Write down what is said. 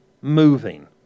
moving